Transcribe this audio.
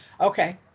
Okay